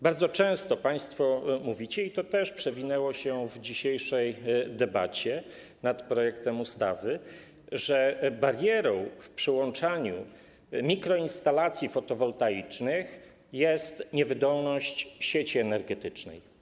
Bardzo często państwo mówicie, i to też przewinęło się w dzisiejszej debacie nad projektem ustawy, że barierą w przyłączaniu mikroinstalacji fotowoltaicznych jest niewydolność sieci energetycznych.